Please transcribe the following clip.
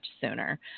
sooner